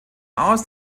aus